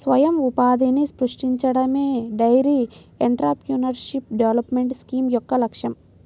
స్వయం ఉపాధిని సృష్టించడమే డెయిరీ ఎంటర్ప్రెన్యూర్షిప్ డెవలప్మెంట్ స్కీమ్ యొక్క లక్ష్యం